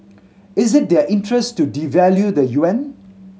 is it their interest to devalue the Yuan